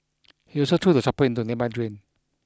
he also threw the chopper into a nearby drain